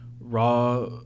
Raw